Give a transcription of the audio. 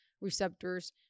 receptors